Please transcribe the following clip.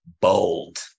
bold